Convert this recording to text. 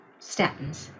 statins